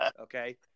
Okay